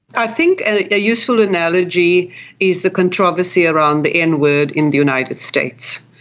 i think a useful analogy is the controversy around the n-word in the united states.